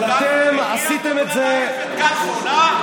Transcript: את מועצת השורא גילית.